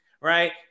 Right